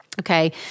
Okay